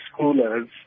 schoolers